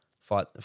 fight